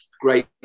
great